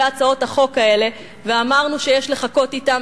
הצעות החוק האלה ואמרנו שיש לחכות אתן.